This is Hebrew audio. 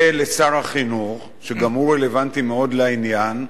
ולשר החינוך, שגם הוא רלוונטי מאוד לעניין,